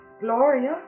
Gloria